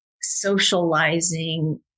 socializing